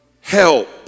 Help